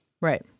Right